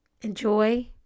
enjoy